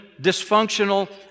dysfunctional